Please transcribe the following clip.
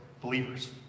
believers